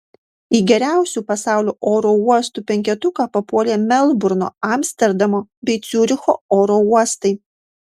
į geriausių pasaulio oro uostų penketuką papuolė melburno amsterdamo bei ciuricho oro uostai